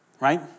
right